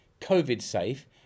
COVID-safe